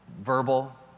verbal